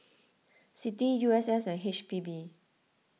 Citi U S S and H P B